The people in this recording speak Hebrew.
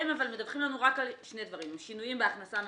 והם מדווחים לנו רק על שני דברים: שינויים בהכנסה מהעבודה,